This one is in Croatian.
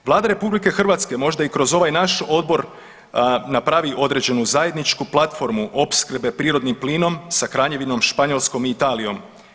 Vlada RH možda i kroz ovaj naš odbor napravi određenu zajedničku platformu opskrbe prirodnim plinom sa Kraljevinom Španjolskom i Italijom.